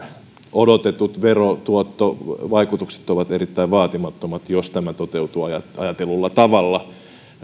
odotetut verotuottovaikutukset ovat erittäin vaatimattomat jos tämä toteutuu ajatellulla tavalla